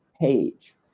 page